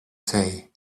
say